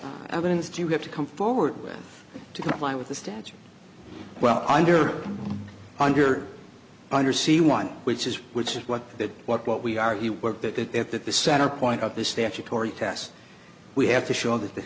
of evidence do you have to come forward with to comply with the statute well under under under c one which is which is what the what what we are he worked at that at that the center point of the statutory test we have to show that th